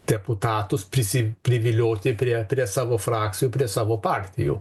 deputatus prisi privilioti prie savo frakcijų prie savo partijų